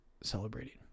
celebrating